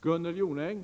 dras på detta sätt.